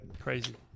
crazy